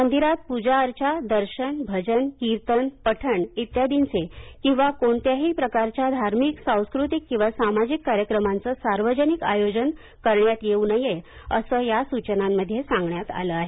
मंदिरात प्जाअर्चा दर्शन भजन किर्तन पठण इत्यादींचे किंवा कोणत्याही प्रकारच्या धार्मिक सांस्कृतिक किंवा सामाजिक कार्यक्रमांचं सार्वजनिक आयोजन करण्यात येऊ नये असं या सूचनांमध्ये सांगण्यात आलं आहे